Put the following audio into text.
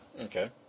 Okay